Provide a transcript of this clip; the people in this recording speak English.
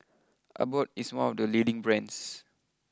Abbott is one of the leading brands